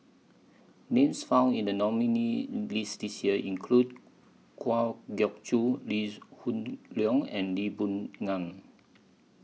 Names found in The nominees' list This Year include Kwa Geok Choo Lee Hoon Leong and Lee Boon Ngan